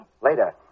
Later